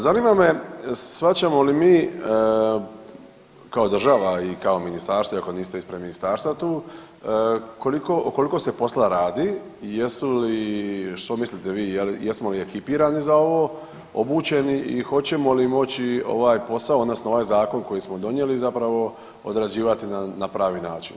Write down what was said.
Zanima me shvaćamo li mi kao država i kao ministarstvo iako niste ispred ministarstva tu koliko, o koliko se posla radi, jesu li, što mislite vi jesmo li ekipirani za ovo, obučeni i hoćemo li moći ovaj posao odnosno ovaj zakon koji smo donijeli zapravo odrađivati na pravi način.